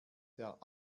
der